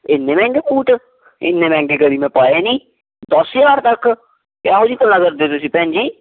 ਇੰਨੇ ਮਹਿੰਗੇ ਬੂਟ ਇੰਨੇ ਮਹਿੰਗੇ ਕਦੇ ਮੈਂ ਪਾਏ ਨਹੀਂ ਦਸ ਹਜ਼ਾਰ ਤੱਕ ਕਿਹੋ ਜਿਹੀਆਂ ਗੱਲਾਂ ਤੁਸੀਂ ਕਰਦੇ ਹੋ ਭੈਣ ਜੀ